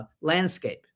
landscape